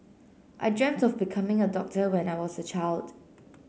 I dreamt of becoming a doctor when I was a child